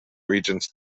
regents